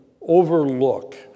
overlook